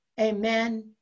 Amen